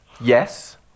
yes